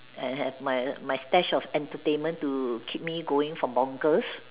and have my my stash of entertainment to keep me going for bonkers